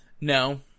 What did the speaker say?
No